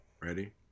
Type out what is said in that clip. Ready